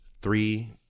three